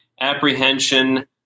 apprehension